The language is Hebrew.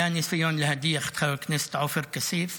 היה ניסיון להדיח את חבר הכנסת עופר כסיף,